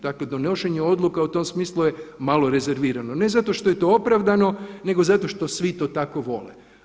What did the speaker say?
Dakle, donošenje odluke u tom smislu je malo rezervirano ne zato što je to opravdano, nego zato što to svi tako vole.